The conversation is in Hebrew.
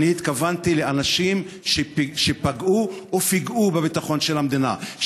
התכוונתי לאנשים שפגעו ופיגעו בביטחון של המדינה.